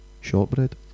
Shortbread